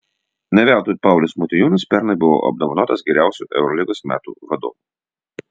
ne veltui paulius motiejūnas pernai buvo apdovanotas geriausiu eurolygos metų vadovu